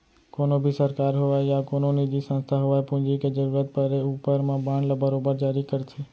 कोनों भी सरकार होवय या कोनो निजी संस्था होवय पूंजी के जरूरत परे ऊपर म बांड ल बरोबर जारी करथे